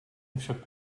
však